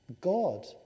God